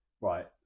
Right